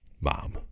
mom